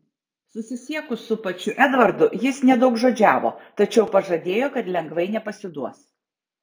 susisiekus su pačiu edvardu jis nedaugžodžiavo tačiau pažadėjo kad lengvai nepasiduos